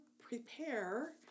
prepare